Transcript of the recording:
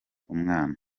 umwana